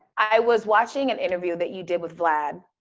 i was watching an interview that you did with vlad,